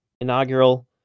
inaugural